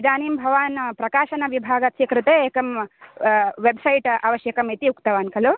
इदानीं भवान् प्रकाशनविभागस्य कृते एकं वेब्सैट् अवश्यकम् इति उक्तवान् खलु